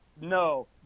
No